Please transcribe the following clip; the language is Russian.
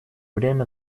время